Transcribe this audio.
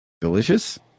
delicious